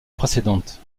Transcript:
précédente